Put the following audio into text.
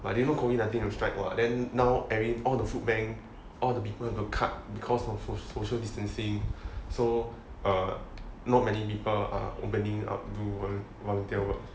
I didn't know COVID nineteen will strike what then now every all the food bank all the people got to cut because of social distancing so err not many err people are opening up to do volunteer work